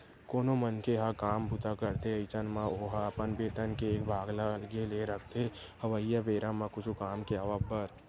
कोनो मनखे ह काम बूता करथे अइसन म ओहा अपन बेतन के एक भाग ल अलगे ले रखथे अवइया बेरा म कुछु काम के आवब बर